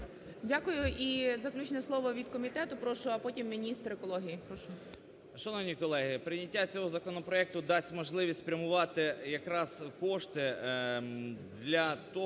Дякую. І заключне слово від комітету, прошу. А потім – міністр екології.